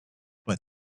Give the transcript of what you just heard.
but